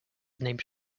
named